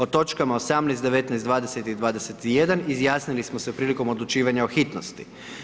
O točkama 18., 19., 20. i 21. izjasnili smo se prilikom odlučivanja o hitnosti.